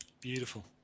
Beautiful